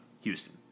Houston